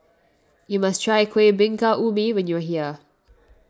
you must try Kueh Bingka Ubi when you are here